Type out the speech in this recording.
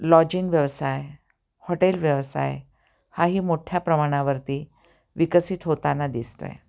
lodging व्यवसाय hotel व्यवसाय हाही मोठ्या प्रमाणावरती विकसित होताना दिसतोय